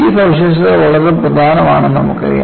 ഈ സവിശേഷതകൾ വളരെ പ്രധാനമാണെന്ന് നമുക്കറിയാം